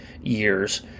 years